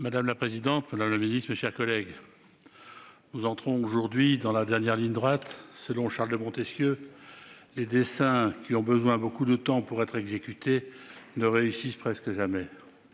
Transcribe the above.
Madame la présidente, madame la ministre, mes chers collègues, nous entrons aujourd'hui dans la dernière ligne droite. Selon Montesquieu, « les desseins qui ont besoin de beaucoup de temps pour être exécutés ne réussissent presque jamais